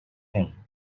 him